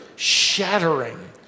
shattering